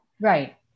Right